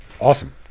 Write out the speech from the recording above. awesome